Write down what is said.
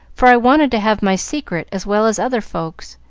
for i wanted to have my secret as well as other folks.